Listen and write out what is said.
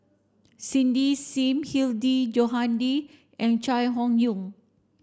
Cindy Sim Hilmi Johandi and Chai Hon Yoong